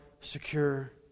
secure